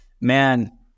man